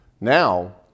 Now